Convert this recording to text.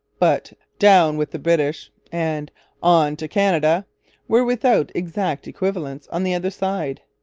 but down with the british and on to canada were without exact equivalents on the other side.